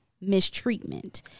mistreatment